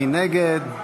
מי נגד?